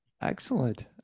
excellent